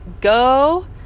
go